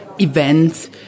events